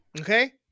okay